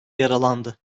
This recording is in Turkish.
yaralandı